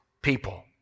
people